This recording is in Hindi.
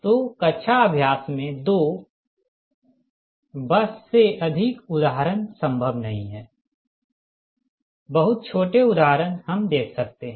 तो कक्षा अभ्यास में दो बस से अधिक उदाहरण संभव नही हैं बहुत छोटे उदाहरण हम देख सकते हैं